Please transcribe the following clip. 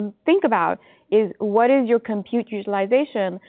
think about is, what is your compute utilization?